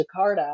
Jakarta